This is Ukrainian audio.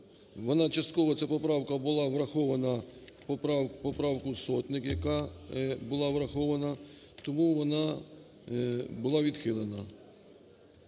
вона частково, ця поправка, була врахована в поправку Сотник, яка була врахована, тому вона була відхилена.